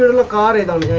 like audit of